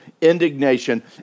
indignation